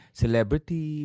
celebrity